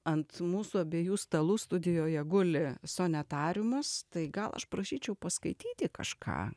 ant mūsų abiejų stalų studijoje guli sonetarimas tai gal aš prašyčiau paskaityti kažką